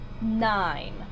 Nine